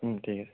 ঠিক আছে